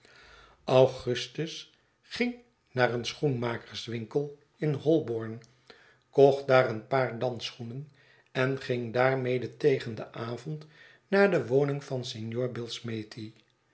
augustus ging naar een schoenmakerswinkel in holborn kocht daar een paar dansschoenen en ging daarmede tegen den avond naar de woning van signor